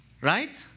Right